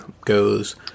goes